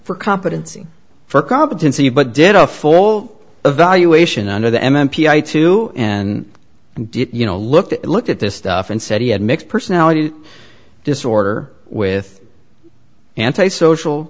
for competency for competency but did a full evaluation under the m m p i two and did you know looked at looked at this stuff and said he had mix personality disorder with anti social